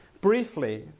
briefly